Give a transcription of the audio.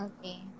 Okay